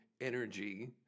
energy